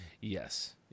Yes